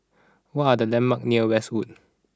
what are the landmarks near Westwood